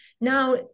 Now